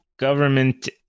government